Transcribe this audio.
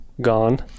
gone